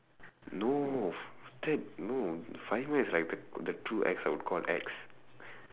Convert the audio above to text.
no that no is like the the true ex I would call ex